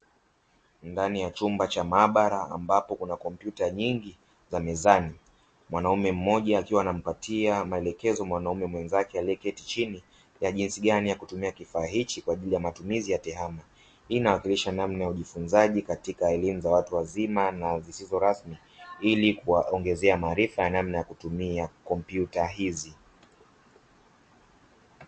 Ndani ya chumba cha maabara ambapo kuna kompyuta nyingi za mezani, mwanaume mmoja akiwa anampatia maelekezo mwanaume mwenzake aliyeketi chini jinsi gani ya kutumia kifaa hichi kwa ajili ya matumizi ya tehama. Hii inawakilisha namna na ujifunzaji katika elimu za watu wazima na zisizo rasmi ili kuwaongezea maarifa ya namna ya kutumia kompyuta hizi.